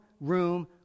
room